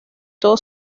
todo